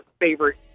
favorite